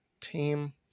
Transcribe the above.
team